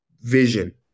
vision